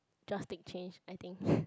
drastic change I think